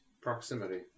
proximity